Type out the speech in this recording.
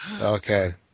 Okay